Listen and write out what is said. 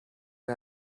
who